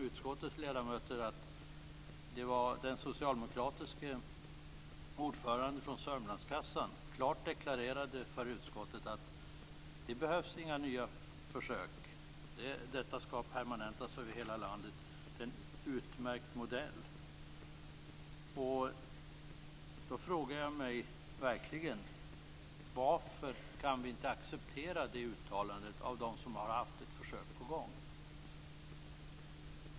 Utskottets ledamöter kommer säkert ihåg att den socialdemokratiske ordföranden från Sörmlandskassan klart deklarerade för utskottet att det inte behövs några nya försök. Detta skall permanentas över hela landet. Det är en utmärkt modell. Då frågar jag mig verkligen varför vi inte kan acceptera det uttalandet av dem som har haft ett försök på gång.